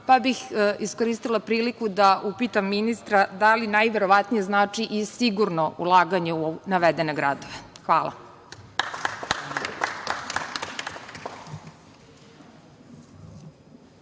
pa bih iskoristila priliku da upitam ministra da li „najverovatnije“ znači i sigurno ulaganje u navedene gradove? Hvala.